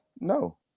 No